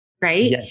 right